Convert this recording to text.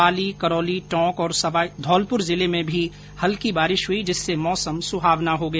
पाली करौली टोंक और धौलपुर जिले में भी हल्की बारिश हुई जिससे मौसम सुहावना हो गया